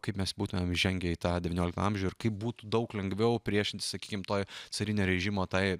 kaip mes būtumėm įžengę į tą devynioliktą amžių ir kaip būtų daug lengviau priešintis sakykim toj carinio režimo tai